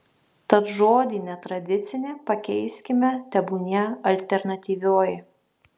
tad žodį netradicinė pakeiskime tebūnie alternatyvioji